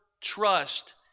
trust